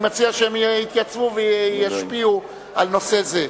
אני מציע שהם יתייצבו וישפיעו על נושא זה.